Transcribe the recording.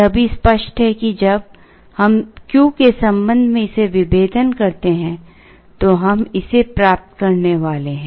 यह भी स्पष्ट है कि जब हम Q के संबंध में इसे विभेदन करते हैं तो हम इसे प्राप्त करने वाले हैं